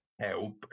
help